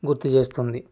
గుర్తుచేస్తుంది